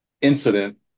incident